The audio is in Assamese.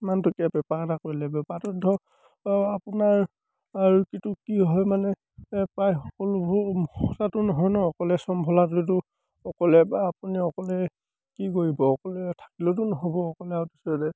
ইমানটকীয়া বেপাৰ এটা কৰিলে বেপাৰটোত ধৰক আপোনাৰ আৰু কিন্তু কি হয় মানে প্ৰায় সকলোবোৰ সঁচাটো নহয় ন অকলে চম্ভালাটোতো অকলে বা আপুনি অকলে কি কৰিব অকলে থাকিলেতো নহ'ব অকলে আৰু তাৰপিছতে